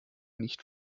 nicht